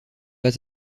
pas